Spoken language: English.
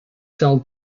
sell